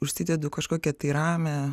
užsidedu kažkokią tai ramią